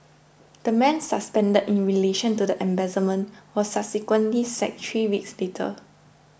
the man suspended in relation to the embezzlement was subsequently sacked three weeks later